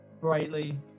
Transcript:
brightly